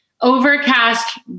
overcast